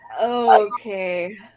Okay